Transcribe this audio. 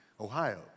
Ohio